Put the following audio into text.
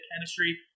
chemistry